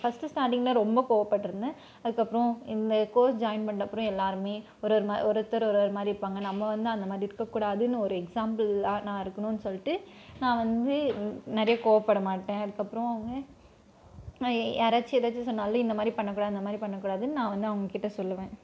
first ஸ்டார்ட்டிங்கில் ரொம்ப கோவப்பட்டுட்ருந்தேன் அதுக்கப்புறம் இந்த கோர்ஸ் ஜாயிண்ட் பண்ணிட்ட அப்புறம் எல்லோருமே ஒரு ஒரு ஒரு ஒருத்தர் ஒரு ஒரு மாதிரி இருப்பாங்க நம்ம வந்து அந்தமாதிரி இருக்கக்கூடாதுன்னு ஒரு எக்ஸாம்பிளாக நான் இருக்கணும்னு சொல்லிட்டு நான் வந்து நிறைய கோவப்படமாட்டேன் அதுக்கப்புறம் வந்து யாராச்சும் ஏதாச்சும் சொன்னாலும் இந்தமாதிரி பண்ணக்கூடாது அந்தமாதிரி பண்ணக்கூடாதுன்னு நான் வந்து அவங்ககிட்ட சொல்வேன்